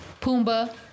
Pumbaa